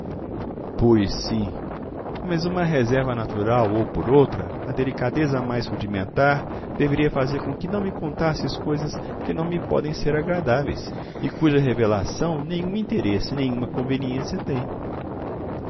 pois sim mas uma reserva natural ou por outra a delicadeza mais rudimentar deveria fazer com que não me contasses coisas que não me podem ser agradáveis e cuja revelação nenhum interesse nenhuma conveniência tem